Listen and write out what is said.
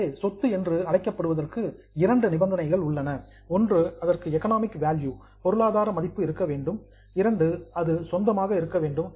எனவே சொத்து என்று அழைக்கப்படுவதற்கு இரண்டு நிபந்தனைகள் உள்ளன ஒன்று அதற்கு எக்கனாமிக் வேல்யூ பொருளாதார மதிப்பு இருக்க வேண்டும் இரண்டு அது சொந்தமாக இருக்க வேண்டும்